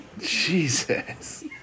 Jesus